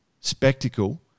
spectacle